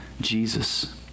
Jesus